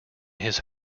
his